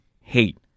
hate